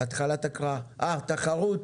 רשות התחרות.